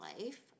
life